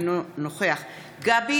אינו נוכח גבי